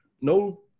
No